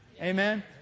amen